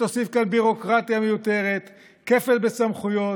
שתוסיף כאן ביורוקרטיה מיותרת, כפל בסמכויות,